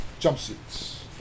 jumpsuits